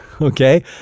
Okay